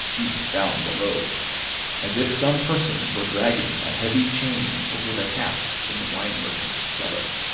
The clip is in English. deep down below as if some person were dragging a heavy chain over the casks in the wine-merchant's cellar.